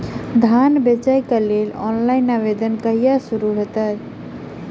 धान बेचै केँ लेल ऑनलाइन आवेदन कहिया शुरू हेतइ?